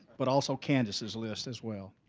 but also candice's list as well.